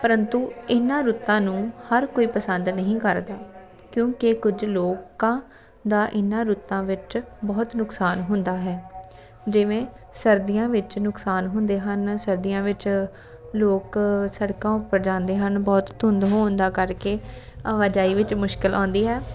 ਪਰੰਤੂ ਇਹਨਾਂ ਰੁੱਤਾਂ ਨੂੰ ਹਰ ਕੋਈ ਪਸੰਦ ਨਹੀਂ ਕਰਦਾ ਕਿਉਂਕਿ ਕੁਝ ਲੋਕਾਂ ਦਾ ਇਨ੍ਹਾਂ ਰੁੱਤਾਂ ਵਿੱਚ ਬਹੁਤ ਨੁਕਸਾਨ ਹੁੰਦਾ ਹੈ ਜਿਵੇਂ ਸਰਦੀਆਂ ਵਿੱਚ ਨੁਕਸਾਨ ਹੁੰਦੇ ਹਨ ਸਰਦੀਆਂ ਵਿੱਚ ਲੋਕ ਸੜਕਾਂ ਉੱਪਰ ਜਾਂਦੇ ਹਨ ਬਹੁਤ ਧੁੰਦ ਹੋਣ ਦਾ ਕਰਕੇ ਆਵਾਜਾਈ ਵਿੱਚ ਮੁਸ਼ਕਿਲ ਆਉਂਦੀ ਹੈ